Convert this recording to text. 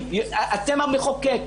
אתם המחוקק.